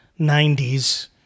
90s